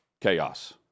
chaos